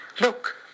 look